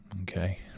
okay